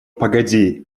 погоди